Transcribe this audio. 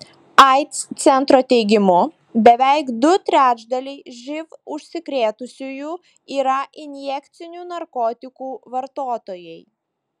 aids centro teigimu beveik du trečdaliai živ užsikrėtusiųjų yra injekcinių narkotikų vartotojai